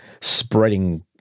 spreading